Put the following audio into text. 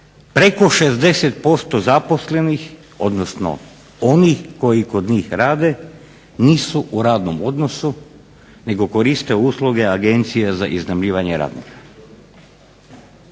preko 60% zaposlenih, odnosno onih koji kod njih rade nisu u radnom odnosu, nego koriste usluge Agencije za iznajmljivanje radnika.